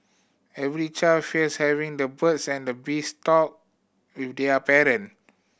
every child fears having the birds and the bees talk with their parent